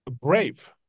brave